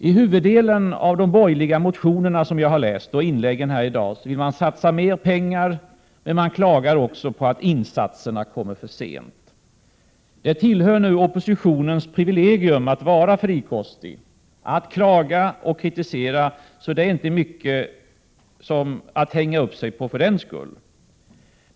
Av huvuddelen av de borgerliga motioner som jag har läst och av inläggen här i dag framgår att ni vill satsa mer pengar, men ni klagar också på att insatserna kommer för sent. Det är nu oppositionens privilegium-att vara frikostig och att klaga och kritisera. Det är därför inte mycket att hänga upp sig på.